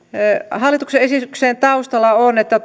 hallituksen esityksen taustalla on että